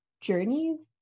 journeys